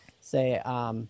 say